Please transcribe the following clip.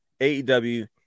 AEW